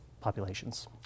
populations